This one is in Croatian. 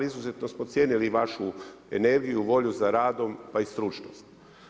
Izuzetno smo cijenili vašu energiju, volju za radom, pa i stručnost.